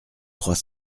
trois